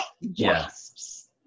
Yes